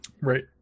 right